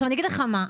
אני אגיד לך מה,